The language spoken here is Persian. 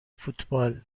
فوتبال